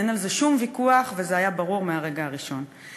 אין על זה שום ויכוח וזה היה ברור מהרגע הראשון.